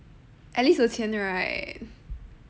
at least 有钱的 right